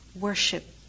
worship